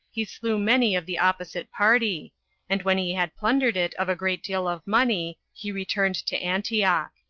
he slew many of the opposite party and when he had plundered it of a great deal of money, he returned to antioch.